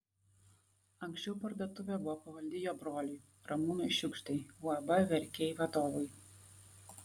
anksčiau parduotuvė buvo pavaldi jo broliui ramūnui šiugždai uab verkiai vadovui